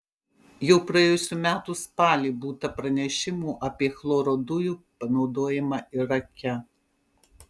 jau praėjusių metų spalį būta pranešimų apie chloro dujų panaudojimą irake